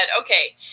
okay